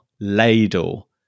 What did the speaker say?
ladle